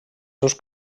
seus